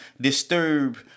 disturb